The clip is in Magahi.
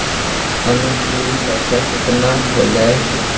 अनुकुल पैसा केतना होलय